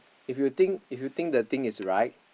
if you think if you think the thing is right